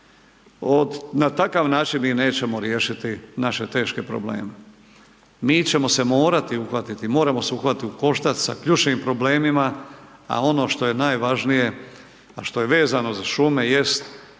na takav način mi nećemo riješiti naše teške probleme, mi ćemo se morati uhvatiti, moramo se uhvatiti u koštac sa ključnim problemima, a ono što je najvažnije a što je vezano za šume jest